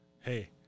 hey